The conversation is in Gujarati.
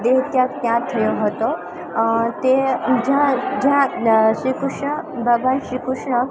દેહ ત્યાગ ત્યાં થયો હતો તે જ્યાં જ્યાં શ્રી કૃષ્ણ ભગવાન શ્રી કૃષ્ણ